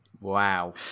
Wow